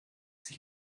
sich